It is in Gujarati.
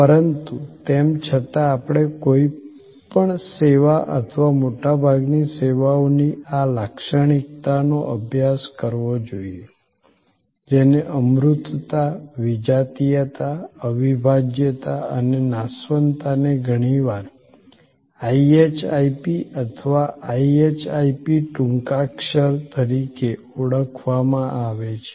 પરંતુ તેમ છતાં આપણે કોઈપણ સેવા અથવા મોટાભાગની સેવાઓની આ લાક્ષણિકતાઓનો અભ્યાસ કરવો જોઈએ જેને અમૂર્તતા વિજાતીયતા અવિભાજ્યતા અને નાશવંતતાને ઘણીવાર IHIP અથવા IHIP ટૂંકાક્ષર તરીકે ઓળખવામાં આવે છે